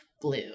blue